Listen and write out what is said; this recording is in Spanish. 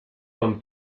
con